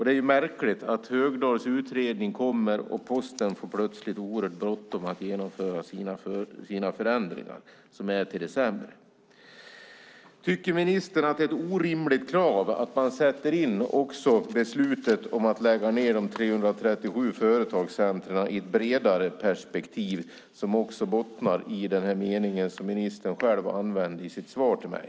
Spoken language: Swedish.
Det är märkligt att Högdahls utredning kommer och Posten plötsligt får oerhört bråttom att genomföra sina förändringar, som är till det sämre. Tycker ministern att det är ett orimligt krav att man ska sätta in också beslutet om att lägga ned de 337 företagscentren i ett bredare perspektiv, som bottnar i den mening som ministern själv använder i sitt svar till mig?